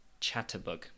Chatterbug